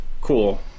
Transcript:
Cool